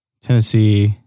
Tennessee